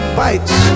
bites